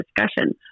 discussion